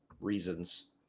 reasons